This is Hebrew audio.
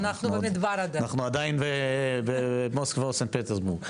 אנחנו עדיין במוסקבה או בסנט פטרסבורג.